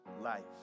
life